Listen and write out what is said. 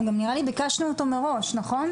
אנחנו גם ביקשנו אותו מראש, נכון?